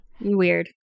Weird